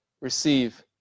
receive